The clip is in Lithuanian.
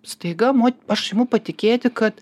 staiga aš imu patikėti kad